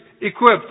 equipped